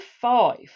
five